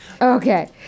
Okay